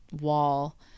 wall